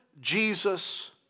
Jesus